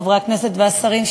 חברי הכנסת והשרים,